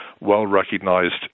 well-recognized